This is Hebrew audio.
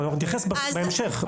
אנחנו נתייחס בהמשך.